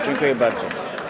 Dziękuję bardzo.